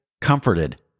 comforted